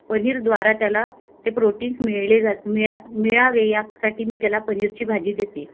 पनीरद्वारा त्याला ते प्रोटीन्स मिळले जात मिळा मिळावे यासाठी मी त्याला पनीरची भाजी देते